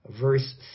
verse